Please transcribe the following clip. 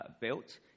built